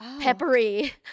peppery